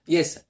Yes